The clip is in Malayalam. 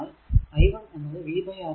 i1 എന്നത് vR1 ആണ്